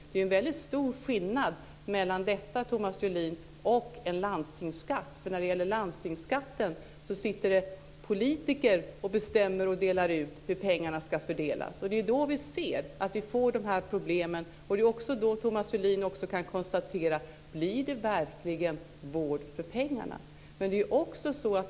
Det är ju en väldigt stor skillnad, Thomas Julin, mellan detta och en landstingsskatt. När det gäller landstingsskatten sitter det politiker och bestämmer hur pengarna ska fördelas. Det är då vi ser att vi får de här problemen. Det är också då Thomas Julin kan ställa frågan: Blir det verkligen vård för pengarna?